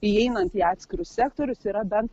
įeinant į atskirus sektorius yra bent